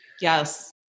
Yes